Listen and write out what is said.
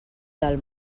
del